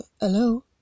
Hello